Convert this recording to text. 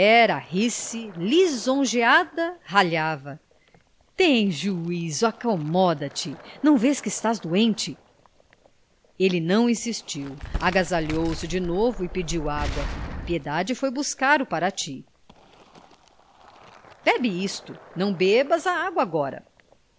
rir-se lisonjeada ralhava tem juízo acomoda te não vês que estás doente ele não insistiu agasalhou se de novo e pediu água piedade foi buscar o parati bebe isto não bebas a água agora